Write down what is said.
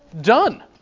Done